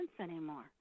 anymore